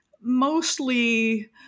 mostly